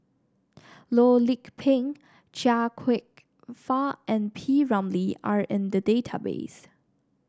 Loh Lik Peng Chia Kwek Fah and P Ramlee are in the database